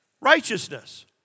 Righteousness